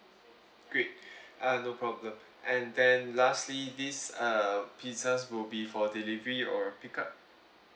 great uh no problem and then lastly this uh pizzas will be for delivery or pickup